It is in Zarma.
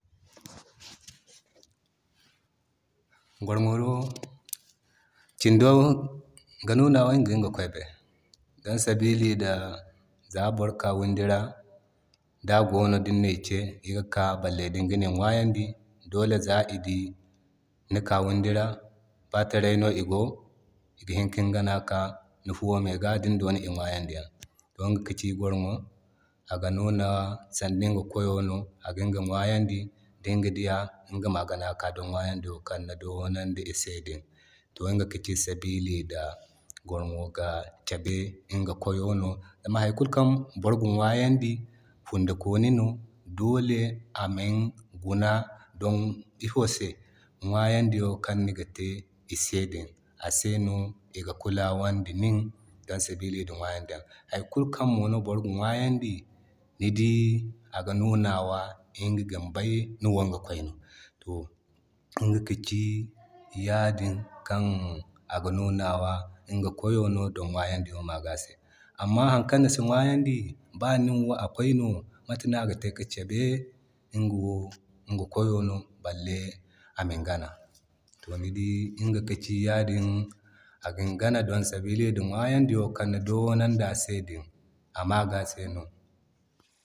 Gwarŋo wo kindo gi kebe ŋgey ga ŋgey koyo bay. Don sabili da za boro ka wundi ra da gwarŋo di ni na kee iga ka. Balle di nigani ŋwayandi dole za i di nika wundi ra ba taray no igo iga hini kin gana ni fuuwo me ga dindoni i ŋwayandi yan. To iga ga ci gwargo aga nunawa iga koyo no aga iga ŋwayandi dinga diya igama gana ka di igay ŋwayandiyaŋ kan ni doo nandi ise din. To iga ga ci sabili da gwarno ga cabe iga koyo no zama hay kulubkaŋ boro ga ŋwayandi fundo koono no dole amin guna zama ifo se zama ŋwayandiuaŋ din kan niga te ise din ase no iga kulawa da niin don sabili da ŋwayandiyaŋ Hay kul kan mono boro gi ɲwayandi nidii aga nunawa iɲga gin bay ni woniŋga koyno. To iga ka ci ysadin kan aga nunawa iga koyono da ŋwayandi yaŋo din se Amma haŋ kan nisi ŋwayandi baa ninwo akoyno mate no aga te ki cabe ni wo akoyono balle amin gana. to ni dii iga ka ci yadin agin gana don sabili da ŋwayandiyaŋo kan ni doonandi ase din amaga se no